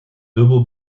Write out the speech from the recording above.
dubbel